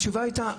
התשובה הייתה,